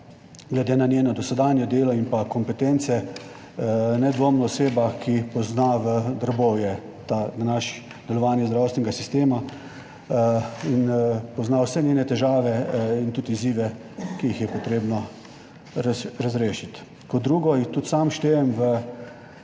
glede na njeno dosedanje delo in pa kompetence nedvomno oseba, ki pozna v drobovje delovanje zdravstvenega sistema in pozna vse njene težave in tudi izzive, ki jih je potrebno razrešiti. Kot drugo, jih tudi sam štejem v